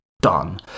done